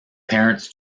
parents